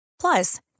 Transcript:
Plus